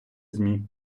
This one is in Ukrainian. змі